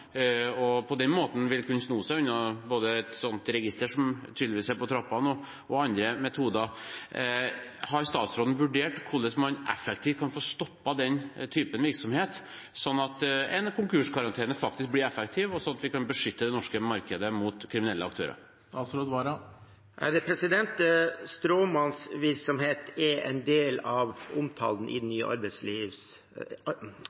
og på den måten vil kunne sno seg unna både et slikt register som tydeligvis er på trappene, og andre metoder. Har statsråden vurdert hvordan man effektivt kan få stoppet den typen virksomhet, slik at en konkurskarantene faktisk blir effektiv, og slik at vi kan beskytte det norske markedet mot kriminelle aktører? Stråmannsvirksomhet er en del av det som er omtalt i handlingsplanen mot arbeidslivskriminalitet. Som representanten sier, er det